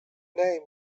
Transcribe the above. name